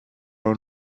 own